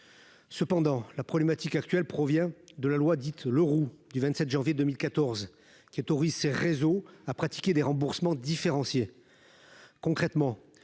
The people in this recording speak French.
cependant la problématique actuelle provient de la loi dite Le Roux du 27 janvier 2014 qui est ces réseaux à pratiquer des remboursements différenciés,